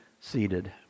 seated